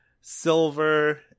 silver